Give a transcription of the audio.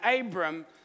Abram